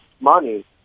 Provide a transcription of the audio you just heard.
money